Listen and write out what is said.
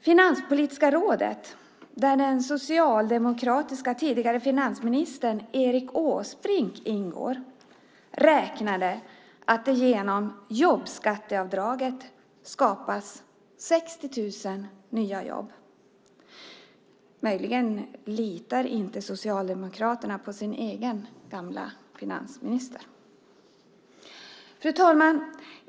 Finanspolitiska rådet, där den socialdemokratiska tidigare finansministern Erik Åsbrink ingår, räknade ut att det genom jobbskatteavdraget skapas 60 000 nya jobb. Möjligen litar inte Socialdemokraterna på sin egen gamla finansminister. Fru talman!